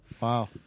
Wow